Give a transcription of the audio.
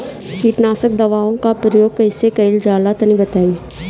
कीटनाशक दवाओं का प्रयोग कईसे कइल जा ला तनि बताई?